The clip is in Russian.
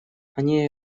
они